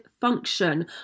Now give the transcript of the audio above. function